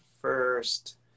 first